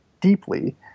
deeply